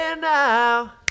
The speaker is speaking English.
now